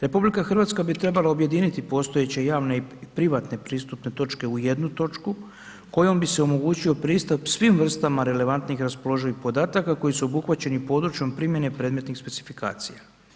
RH bi trebala objediniti postojeće javne i privatne pristupne točke u jednu točku kojom bi se omogućio pristup svim vrstama relevantnih raspoloživih podataka koji su obuhvaćeni područjem primjene predmetnih specifikacija.